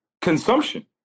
consumption